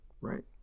Right